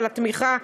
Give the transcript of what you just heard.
על התמיכה,